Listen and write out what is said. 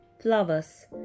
flowers